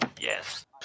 yes